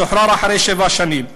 שוחרר אחרי שבע שנים.